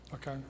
Okay